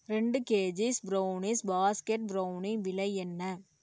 ரெண்டு kgs brownies basket brownie விலை என்ன